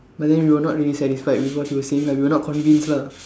but then we were not really satisfied because he was saying like we were not convinced lah